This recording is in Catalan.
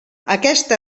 aquesta